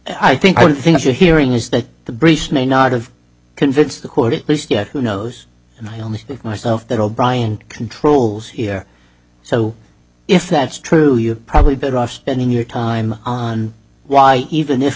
i think i don't think your hearing is that the breach may not have convinced the court at least yet who knows and i don't think myself that o'bryant controls here so if that's true you're probably better off spending your time on why even if